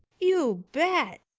you bet!